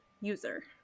user